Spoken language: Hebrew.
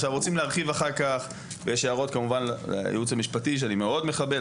רוצים להרחיב אחר כך ויש הערות כמובן לייעוץ המשפטי שאני מאוד מכבד,